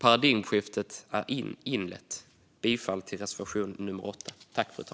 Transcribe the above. Paradigmskiftet är inlett, fru talman. Jag yrkar bifall till reservation nummer 8.